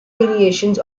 variations